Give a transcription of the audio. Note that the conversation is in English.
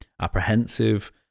apprehensive